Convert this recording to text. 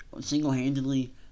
single-handedly